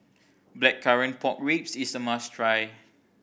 Blackcurrant Pork Ribs is a must try